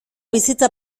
bizitza